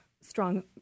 strong